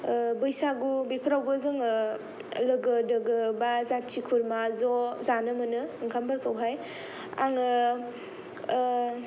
बैसागु बेफोरावबो जोङो लोगो दोगो बा जाथि खुरमा ज' जानो मोनो ओंखाम फोरखौहाय आङो